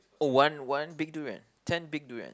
oh one one big durian ten big durian